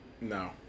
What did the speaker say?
No